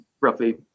roughly